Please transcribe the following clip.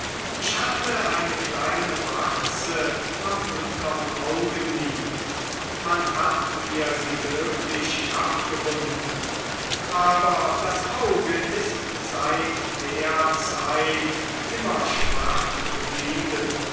ich hatte eine kleine warze am untern augenlid man hat mir sie glücklich abgebunden aber das auge ist seit der zeit immer schwach geblieben